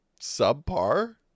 subpar